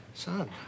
son